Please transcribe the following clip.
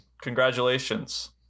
congratulations